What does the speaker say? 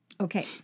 Okay